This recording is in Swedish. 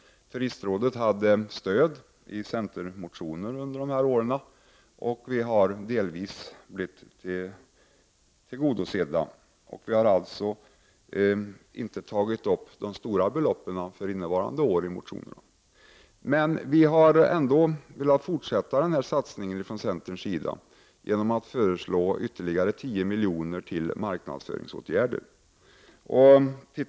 Turistrådet hade under dessa år stöd i centermotioner, och våra förslag har delvis blivit tillgodosedda. Vi har alltså inte i motionerna tagit upp de stora beloppen för innevarande år. Vi har ändå i centern velat fortsätta denna satsning genom att föreslå ytterligare 10 milj.kr. till marknadsföringsåtgärder.